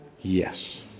Yes